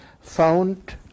found